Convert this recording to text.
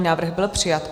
Návrh byl přijat.